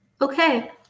Okay